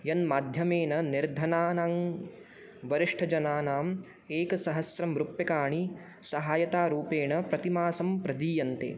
यन्माध्यमेन निर्धनानां वरिष्ठजनानाम् एकसहस्रं रूप्यकाणि सहायतारूपेण प्रतिमासं प्रदीयन्ते